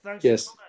Yes